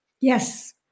Yes